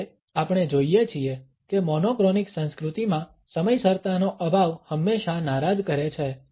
જો કે આપણે જોઇએ છીએ કે મોનોક્રોનિક સંસ્કૃતિમાં સમયસરતાનો અભાવ હંમેશા નારાજ કરે છે